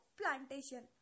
plantation